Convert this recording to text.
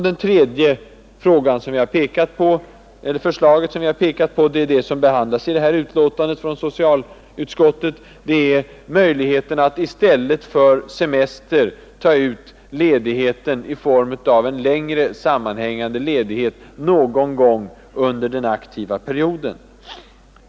Det tredje förslaget är det som behandlas i det här betänkandet från socialutskottet: möjligheten att i stället för semester ta ut en längre sammanhängande ledighet någon gång under den aktiva perioden.